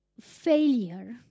failure